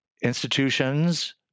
institutions